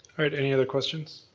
all right, any other questions?